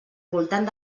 voltant